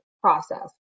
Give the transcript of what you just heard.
process